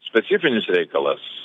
specifinis reikalas